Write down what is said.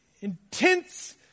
Intense